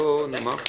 (מחיאות כפיים) ב':